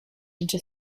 into